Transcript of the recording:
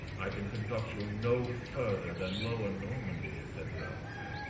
i can conduct you no further than lower normandy, said the officer.